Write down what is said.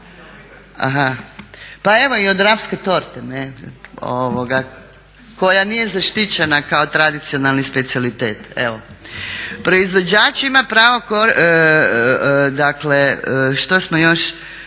Pa evo i od rapske torte, koja nije zaštićena kao tradicionalni specijalitet. Proizvođač ima pravo